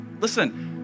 listen